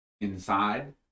inside